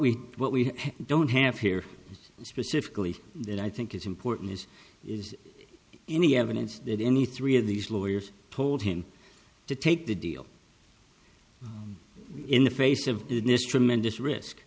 we what we don't have here specifically that i think is important is is any evidence that any three of these lawyers told him to take the deal in the face of this tremendous risk